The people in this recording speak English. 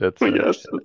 Yes